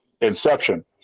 inception